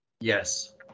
Yes